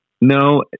No